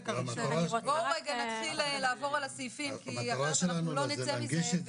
בואו נתחיל לעבור על הסעיפים כי אחרת אנחנו לא נצא מזה,